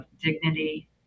dignity